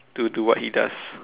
to do what he does